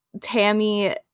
Tammy